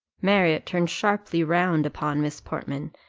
marriott turned sharply round upon miss portman,